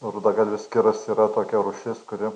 rudagalvis kiras yra tokia rūšis kuri